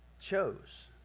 chose